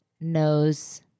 knows